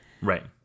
Right